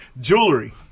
jewelry